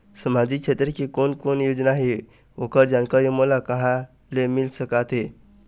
सामाजिक क्षेत्र के कोन कोन योजना हे ओकर जानकारी मोला कहा ले मिल सका थे?